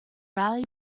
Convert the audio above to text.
rally